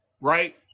Right